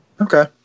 Okay